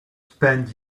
spent